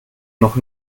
noch